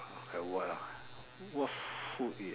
like what ah what food is